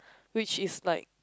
which is like